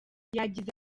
yagize